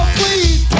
please